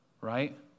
right